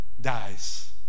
dies